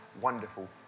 wonderful